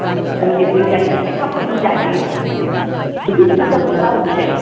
थाइगिरजों जायो थाइखाफोरजों जायो गोखैखौ मोजां मोनो आरो बिसोर